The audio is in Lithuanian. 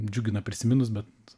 džiugina prisiminus bet